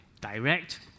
direct